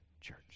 church